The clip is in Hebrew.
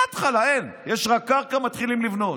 מההתחלה, יש רק קרקע ומתחילים לבנות,